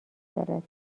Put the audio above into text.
دارد